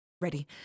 ready